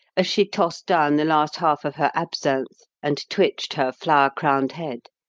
as she tossed down the last half of her absinthe and twitched her flower-crowned head.